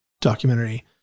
documentary